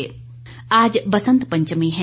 बसंत पंचमी आज बसंत पंचमी है